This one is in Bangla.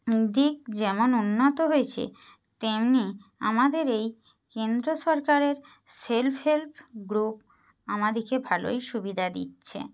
দিক যেমন উন্নত হয়েছে তেমনি আমাদের এই কেন্দ্র সরকারের সেলফ হেল্প গ্রুপ আমাদেরকে ভালোই সুবিধা দিচ্ছে